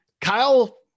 Kyle